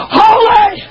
holy